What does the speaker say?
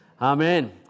Amen